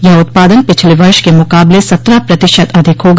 यह उत्पादन पिछले वर्ष के मुकाबले सत्रह प्रतिशत अधिक होगा